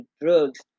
drugs